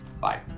bye